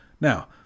Now